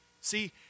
See